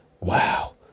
Wow